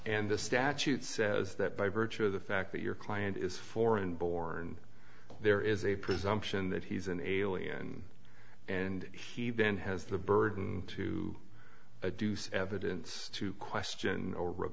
and the statute says that by virtue of the fact that your client is foreign born there is a presumption that he's an alien and he then has the burden to do so evidence to question